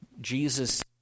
Jesus